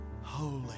Holy